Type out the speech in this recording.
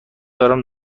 دارم